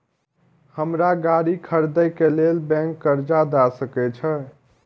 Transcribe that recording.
हमरा गाड़ी खरदे के लेल बैंक कर्जा देय सके छे?